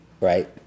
right